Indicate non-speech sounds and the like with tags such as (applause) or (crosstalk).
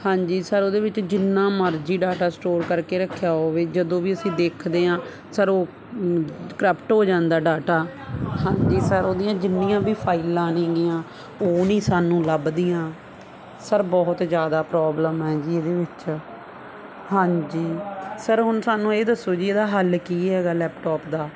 ਹਾਂਜੀ ਸਰ ਉਹਦੇ ਵਿੱਚ ਜਿੰਨਾ ਮਰਜ਼ੀ ਡਾਟਾ ਸਟੋਰ ਕਰਕੇ ਰੱਖਿਆ ਹੋਵੇ ਜਦੋਂ ਵੀ ਅਸੀਂ ਦੇਖਦੇ ਹਾਂ ਸਰ ਉਹ (unintelligible) ਕਰਪਟ ਹੋ ਜਾਂਦਾ ਡਾਟਾ ਹਾਂਜੀ ਸਰ ਉਹਦੀਆਂ ਜਿੰਨੀਆਂ ਵੀ ਫਾਈਲਾਂ ਨੇਗੀਆਂ ਉਹ ਨਹੀਂ ਸਾਨੂੰ ਲੱਭਦੀਆਂ ਸਰ ਬਹੁਤ ਜ਼ਿਆਦਾ ਪ੍ਰੋਬਲਮ ਹੈ ਜੀ ਇਹਦੇ ਵਿੱਚ ਹਾਂਜੀ ਸਰ ਹੁਣ ਸਾਨੂੰ ਇਹ ਦੱਸੋ ਜੀ ਇਹਦਾ ਹੱਲ ਕੀ ਹੈਗਾ ਲੈਪਟੋਪ ਦਾ